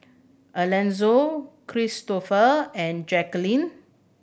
Elonzo Kristofer and Jacquelynn